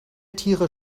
tiere